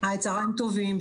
צוהריים טובים,